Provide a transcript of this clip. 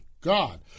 God